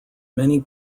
many